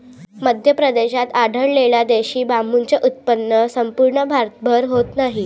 मध्य प्रदेशात आढळलेल्या देशी बांबूचे उत्पन्न संपूर्ण भारतभर होत नाही